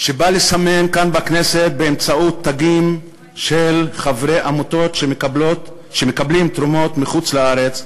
שבא לסמן כאן בכנסת באמצעות תגים חברי עמותות שמקבלות תרומות מחוץ-לארץ,